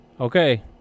Okay